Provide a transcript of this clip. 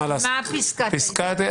מה פסקת התגברות?